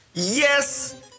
Yes